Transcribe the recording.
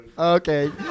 Okay